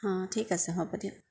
অঁ ঠিক আছে হ'ব দিয়ক